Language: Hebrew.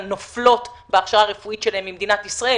נופלות בהכשרה הרפואית שלהן ממדינת ישראל,